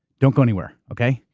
don't go anywhere, okay?